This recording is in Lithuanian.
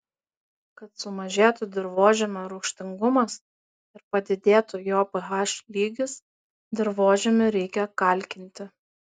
kad sumažėtų dirvožemio rūgštingumas ir padidėtų jo ph lygis dirvožemį reikia kalkinti